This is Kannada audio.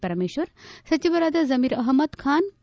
ಪರಮೇಶ್ವರ್ ಸಚಿವರಾದ ಜಮೀರ್ ಅಹಮದ್ ಖಾನ್ ಕೆ